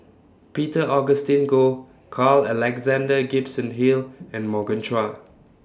Peter Augustine Goh Carl Alexander Gibson Hill and Morgan Chua